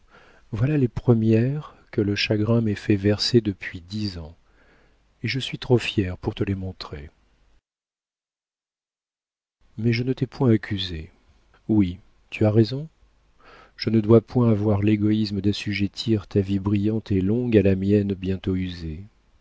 voilà les premières que le chagrin m'ait fait verser depuis dix ans et je suis trop fière pour te les montrer mais je ne t'ai point accusé oui tu as raison je ne dois point avoir l'égoïsme d'assujettir ta vie brillante et longue à la mienne bientôt usée